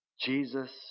Jesus